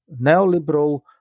neoliberal